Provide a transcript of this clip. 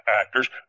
actors